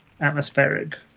atmospheric